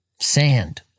sand